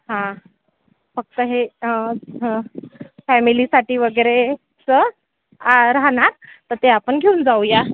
हां फक्त हे फॅमिलीसाठी वगैरेचं राहणार तर ते आपण घेऊन जाऊया